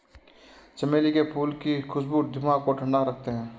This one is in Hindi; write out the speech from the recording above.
चमेली के फूल की खुशबू दिमाग को ठंडा रखते हैं